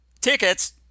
tickets –